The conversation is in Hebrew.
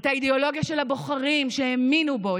את האידיאולוגיה של הבוחרים שהאמינו בו,